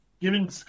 Giving